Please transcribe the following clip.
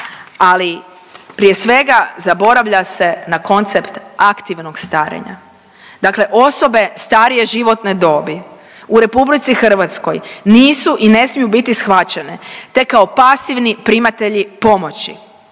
Ali prije svega zaboravlja se na koncept aktivnog starenja, dakle osobe starije životne dobi u RH nisu i ne smiju biti shvaćene, te kao pasivni primatelji pomoći,